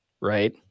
right